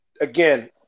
again